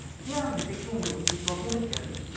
here i am depicting you the proteomics journey,